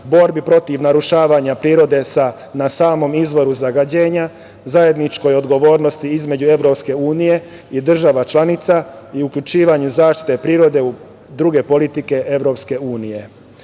borbi protiv narušavanja prirode na samom izvoru zagađenja, zajedničkoj odgovornosti između EU i država članica i uključivanje zaštite prirode u druge politike